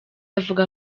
avuga